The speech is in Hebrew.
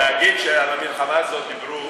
להגיד שעל המלחמה הזאת דיברו,